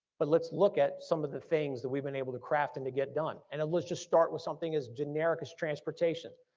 but let's look at some of the things that we've been able to craft and to get done and at least let's just start with something as generic as transportation.